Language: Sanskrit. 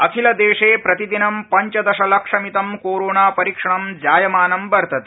अखिलदेशे प्रतिदिनं पंचदशलक्षमितं कोरोनापरीक्षणं जायमानं वर्तते